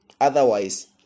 Otherwise